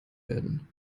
werden